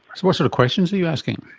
what sort of questions are you asking?